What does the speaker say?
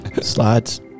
Slides